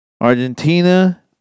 Argentina